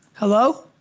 hello?